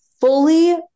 fully